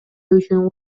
үчүн